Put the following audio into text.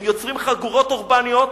הם יוצרים חגורות אורבניות